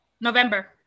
November